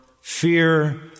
fear